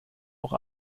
auch